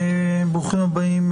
ברוכים הבאים,